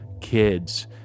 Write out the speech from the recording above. kids